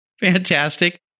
Fantastic